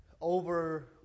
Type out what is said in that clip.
over